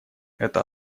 это